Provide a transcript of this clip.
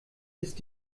ist